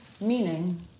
meaning